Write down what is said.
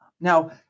Now